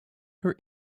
her